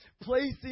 placing